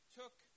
took